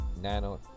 Nano